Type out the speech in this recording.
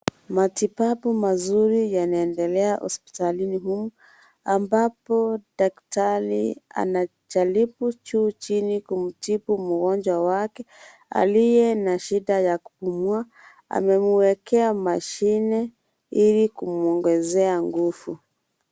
Matibabu mazuri yanaeendelea hospitalini ambapo daktari anajaribu juu chini kumtipu mgonjwa wake, aliye na shida ya kupumua, amemwekea mashine ili kumuongezea nguvu.